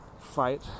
fight